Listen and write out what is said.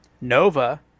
Nova